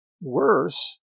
worse